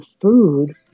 food